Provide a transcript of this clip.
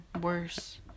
Worse